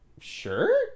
sure